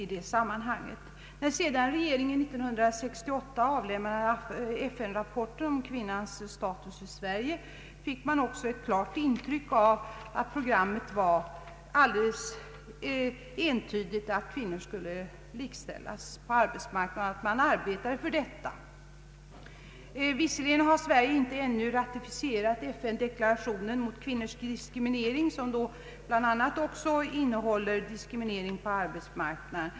När sedan regeringen 1968 avlämnade FN-rapporten om kvinnans status i Sverige, fick man ett klart intryck av att programmet var alldeles entydigt: kvinnor skulle likställas med män på arbetsmarknaden och arbetet med att uppnå denna målsättning pågick. Visserligen har Sverige ännu inte ratificerat FN-deklarationen mot kvinnors diskriminering, som omfattar bl.a. diskriminering på arbetsmarknaden.